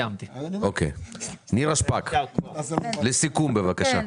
נירה שפק, סיכום בבקשה.